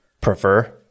prefer